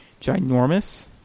ginormous